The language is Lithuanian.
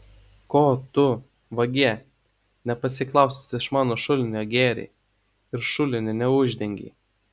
ko tu vagie nepasiklausęs iš mano šulinio gėrei ir šulinio neuždengei